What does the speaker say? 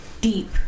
deep